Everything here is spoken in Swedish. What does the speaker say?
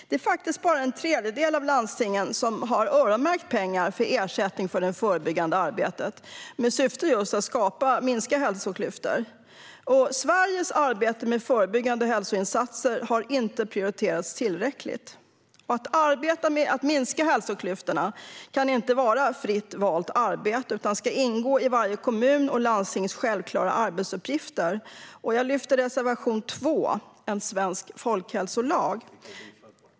Det är faktiskt bara en tredjedel av landstingen som har öronmärkt pengar för ersättning för det förebyggande arbetet med syfte att minska hälsoklyftor. Sveriges arbete med förebyggande hälsoinsatser har inte prioriterats tillräckligt. Att arbeta med att minska hälsoklyftorna kan inte vara fritt valt arbete, utan det ska ingå i varje kommuns och landstings självklara arbetsuppgifter. Jag yrkar bifall till reservation 2 om en svensk folkhälsolag.